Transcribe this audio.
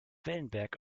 wellenberg